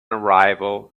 arrival